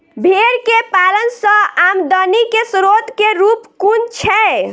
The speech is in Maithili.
भेंर केँ पालन सँ आमदनी केँ स्रोत केँ रूप कुन छैय?